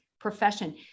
profession